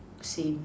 same